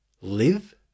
Live